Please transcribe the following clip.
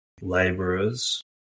laborers